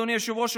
אדוני היושב-ראש,